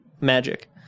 magic